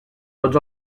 tots